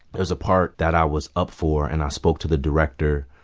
there was a part that i was up for, and i spoke to the director.